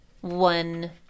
one